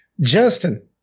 Justin